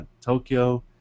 Tokyo